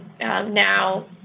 now